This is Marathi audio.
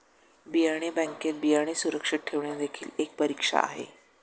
बियाणे बँकेत बियाणे सुरक्षित ठेवणे देखील एक परीक्षा आहे